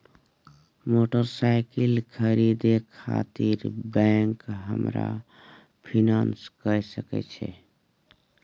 Motorcycle खरीदे खातिर bank हमरा फिनांस कय सके छै?